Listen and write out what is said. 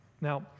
Now